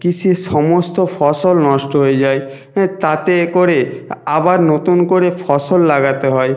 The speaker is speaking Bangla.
কৃষির সমস্ত ফসল নষ্ট হয়ে যায় হ্যাঁ তাতে করে আ আবার নতুন করে ফসল লাগাতে হয়